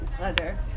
leather